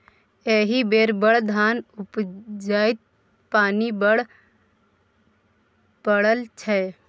एहि बेर बड़ धान उपजतै पानि बड्ड पड़ल छै